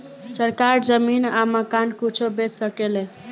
सरकार जमीन आ मकान कुछो बेच सके ले